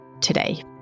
today